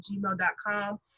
gmail.com